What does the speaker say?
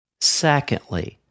Secondly